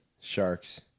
Sharks